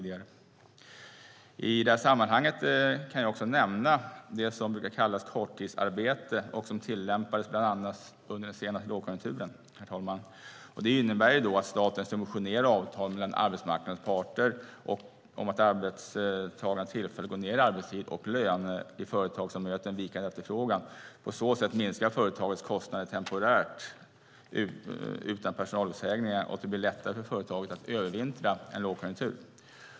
I det här sammanhanget kan jag också nämna det som brukar kallas korttidsarbete och som tillämpades bland annat under den senaste lågkonjunkturen, herr talman. Det innebär att staten subventionerar avtal mellan arbetsmarknadens parter om att arbetstagarna tillfälligt går ned i arbetstid och lön i företag som möter en vikande efterfrågan. På så sätt minskar företagets kostnader temporärt utan personaluppsägningar, och det blir lättare för företaget att övervintra en lågkonjunktur.